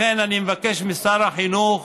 לכן, אני מבקש משר החינוך